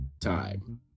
time